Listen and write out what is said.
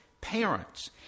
parents